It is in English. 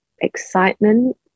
excitement